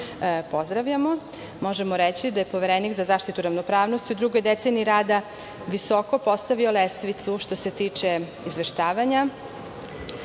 pozdravljamo. Možemo reći da je Poverenik za zaštitu ravnopravnosti u drugoj deceniji rada visoko postavio lestvicu što se tiče izveštavanja. Negde